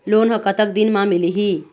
Loan ह कतक दिन मा मिलही?